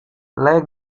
lejek